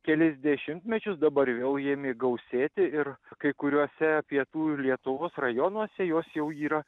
kelis dešimtmečius dabar vėl ji ėmė gausėti ir kai kuriuose pietų lietuvos rajonuose jos jau yra